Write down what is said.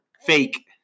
Fake